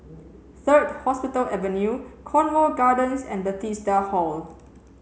third Hospital Avenue Cornwall Gardens and Bethesda Hall